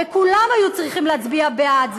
וכולם היו צריכים להצביע בעד,